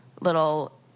little